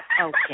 Okay